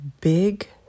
big